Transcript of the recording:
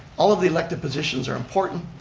all of the elected positions are important,